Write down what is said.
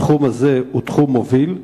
התחום הזה הוא תחום מוביל.